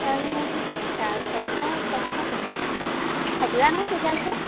time এই চাৰে চাৰিটা পাঁচটা তেনেকুৱাতে থাকিবা নহয় তেতিয়ালৈকে